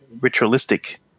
ritualistic